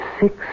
Six